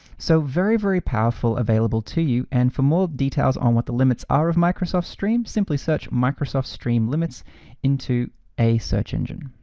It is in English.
so very, very powerful, available to you. and for more details on what the limits are of microsoft stream, simply search microsoft stream limits into a search engine.